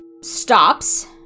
stops